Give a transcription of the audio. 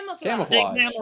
Camouflage